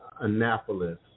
Annapolis